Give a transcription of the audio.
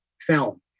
film